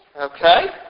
Okay